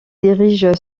dirige